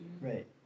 right